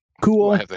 Cool